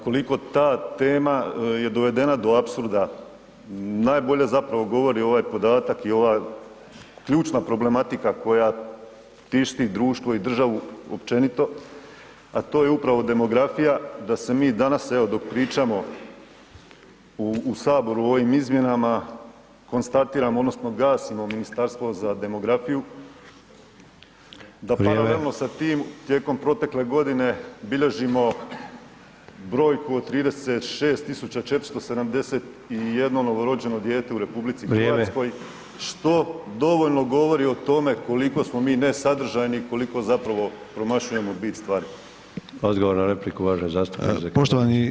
Ukoliko ta tema je dovedena do apsurda, najbolje zapravo govori ovaj podatak i ova ključna problematika koja tišti društvo i državu općenito, a to je upravo demografija, da se mi danas, evo dok pričamo u Saboru o ovim izmjenama, konstatiramo, odnosno gasimo ministarstvo za demografiju [[Upadica: Vrijeme.]] da paralelno sa tim tijekom protekle godine bilježimo brojku od 36 471 novorođeno dijete u RH [[Upadica: Vrijeme.]] , što dovoljno govori o tome koliko smo mi nesadržajni i koliko zapravo promašujemo bit stvari.